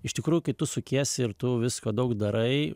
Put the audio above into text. iš tikrųjų kai tu sukiesi ir tu visko daug darai